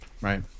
Right